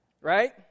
Right